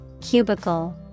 cubicle